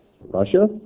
Russia